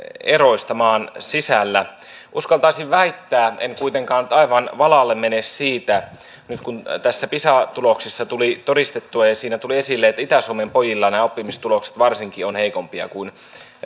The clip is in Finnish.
eroista maan sisällä uskaltaisin väittää en kuitenkaan nyt aivan valalle mene siitä mutta nyt kun näissä pisa tuloksissa tuli todistettua ja niissä tuli esille että varsinkin itä suomen pojilla nämä oppimistulokset ovat heikompia kuin